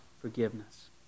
forgiveness